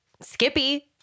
Skippy